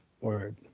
Word